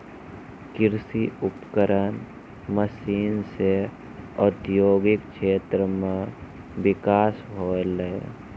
कृषि उपकरण मसीन सें औद्योगिक क्षेत्र म बिकास होलय